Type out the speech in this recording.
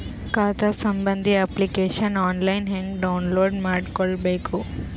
ಖಾತಾ ಸಂಬಂಧಿ application online ಹೆಂಗ್ ಡೌನ್ಲೋಡ್ ಮಾಡಿಕೊಳ್ಳಬೇಕು?